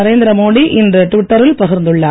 நரேந்திர மோடி இன்று ட்விட்டரில் பகிர்ந்துள்ளார்